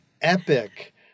epic